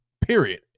period